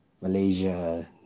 Malaysia